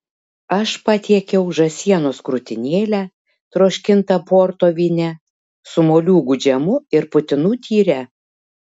aš patiekiau žąsienos krūtinėlę troškintą porto vyne su moliūgų džemu ir putinų tyre